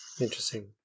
Interesting